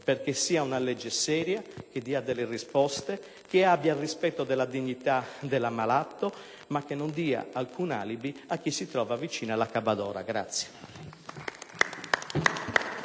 perché ci sia una legge seria, che dia delle risposte, che abbia rispetto della dignità dell'ammalato, ma che non dia alcun alibi a chi si trova vicino all'accabbadora.